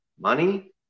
Money